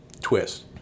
twist